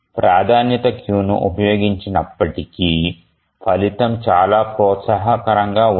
ప్రాధాన్యత క్యూను ఉపయోగించినప్పటికీ ఫలితం చాలా ప్రోత్సాహకరంగా ఉండదు